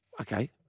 Okay